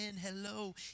hello